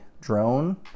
drone